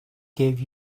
gave